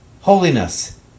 Holiness